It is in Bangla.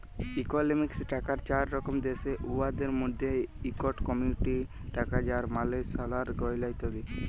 ইকলমিক্সে টাকার চার রকম দ্যাশে, উয়াদের মইধ্যে ইকট কমডিটি টাকা যার মালে সলার গয়লা ইত্যাদি